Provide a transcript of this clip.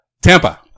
Tampa